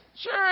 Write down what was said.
Sure